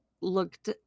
looked